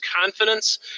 confidence